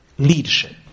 leadership